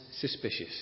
suspicious